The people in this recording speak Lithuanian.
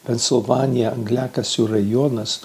pensilvanija angliakasių rajonas